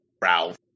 Ralph